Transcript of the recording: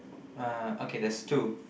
uh okay there's two